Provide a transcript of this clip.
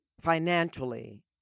financially